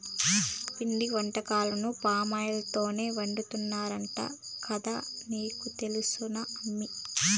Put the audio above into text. పిండి వంటకాలను పామాయిల్ తోనే వండుతున్నారంట కదా నీకు తెలుసునా అమ్మీ